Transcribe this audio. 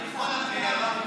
אני מבין את התשובה: